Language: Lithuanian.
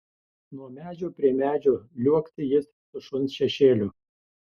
nuo medžio prie medžio liuoksi jis su šuns šešėliu